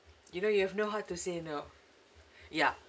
you know you have no heart to say no ya